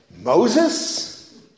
Moses